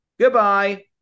Goodbye